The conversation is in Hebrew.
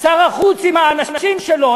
שר החוץ עם האנשים שלו,